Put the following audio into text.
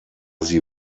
sie